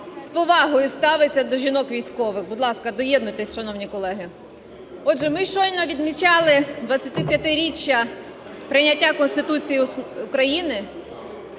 з повагою ставиться до жінок-військових. Будь ласка, доєднуйтесь, шановні колеги. Отже, ми щойно відмічали 25-річчя прийняття Конституції України.